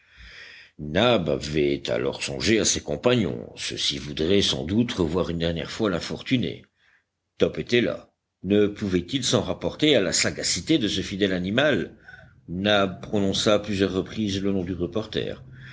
avait alors songé à ses compagnons ceux-ci voudraient sans doute revoir une dernière fois l'infortuné top était là ne pouvait-il s'en rapporter à la sagacité de ce fidèle animal nab prononça à plusieurs reprises le nom du reporter